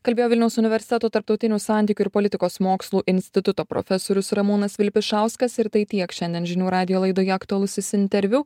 kalbėjo vilniaus universiteto tarptautinių santykių ir politikos mokslų instituto profesorius ramūnas vilpišauskas ir tai tiek šiandien žinių radijo laidoje aktualusis interviu